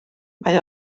mae